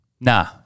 Nah